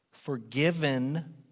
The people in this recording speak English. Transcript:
Forgiven